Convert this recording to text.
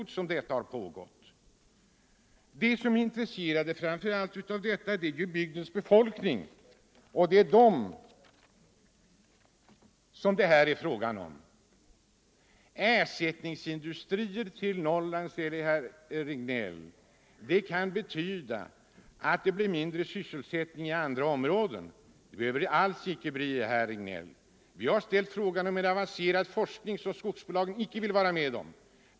De som framför allt är intresserade av detta är de som bor i skogslänen. Det är dem det här gäller. Ersättningsindustrier till Norrland, säger herr Regnéll, kan betyda att det blir mindre sysselsättning i andra områden. Det behöver det alls inte bli. Vi har ställt frågan om en avancerad forskning som skogsbolagen inte vill vara med om.